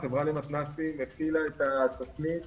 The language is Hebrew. החברה למתנ"סים התחילה את התוכנית